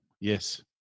Yes